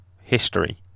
history